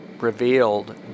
revealed